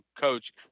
coach